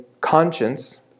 conscience